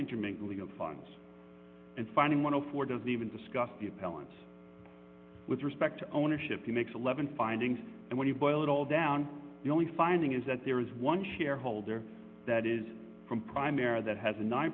intermingling of funds and finding one of four doesn't even discuss the appellant's with respect to ownership the next eleven findings and when you boil it all down the only finding is that there is one shareholder that is from primary that has a nine